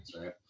right